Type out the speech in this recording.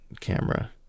camera